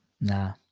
Nah